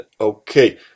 okay